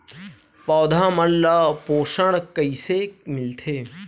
पौधा मन ला पोषण कइसे मिलथे?